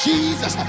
Jesus